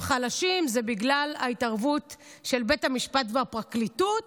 חלשים זה בגלל ההתערבות של בית המשפט והפרקליטות,